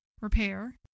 repair